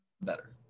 better